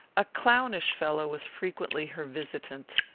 a clownish fellow was frequently her visitant.